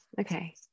Okay